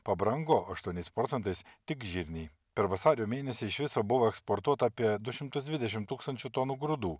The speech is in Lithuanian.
pabrango aštuoniais procentais tik žirniai per vasario mėnesį iš viso buvo eksportuota apie du šimtus dvidešimt tūkstančių tonų grūdų